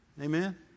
Amen